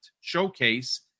Showcase